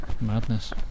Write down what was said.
madness